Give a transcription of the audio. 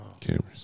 cameras